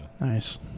Nice